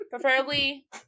preferably